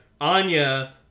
Anya